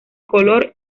color